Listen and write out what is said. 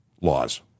laws